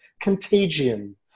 Contagion